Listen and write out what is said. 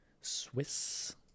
Swiss